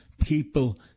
people